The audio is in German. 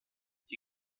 die